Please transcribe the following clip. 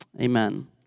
Amen